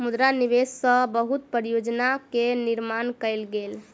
मुद्रा निवेश सॅ बहुत परियोजना के निर्माण कयल गेल